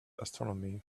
astronomy